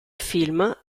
film